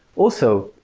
also,